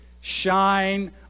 shine